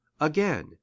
again